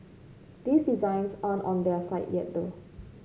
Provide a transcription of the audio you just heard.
these designs aren't on their site yet though